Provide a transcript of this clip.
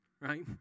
right